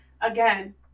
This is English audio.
again